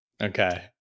Okay